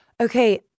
okay